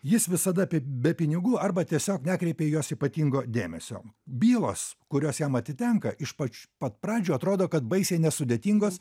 jis visada apie be pinigų arba tiesiog nekreipia į juos ypatingo dėmesio bylos kurios jam atitenka iš pač pat pradžių atrodo kad baisiai nesudėtingos